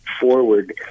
Forward